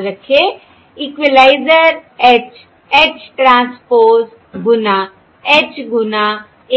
याद रखें equaliser H H transpose गुना H गुना